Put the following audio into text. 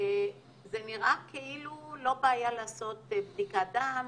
זה נראה כאילו לא בעיה לעשות בדיקת דם,